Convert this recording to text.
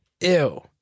Ew